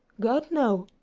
god, no!